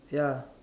ya